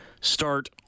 start